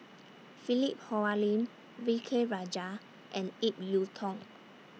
Philip Hoalim V K Rajah and Ip Yiu Tung